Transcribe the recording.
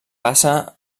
passa